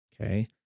okay